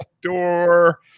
door